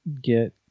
get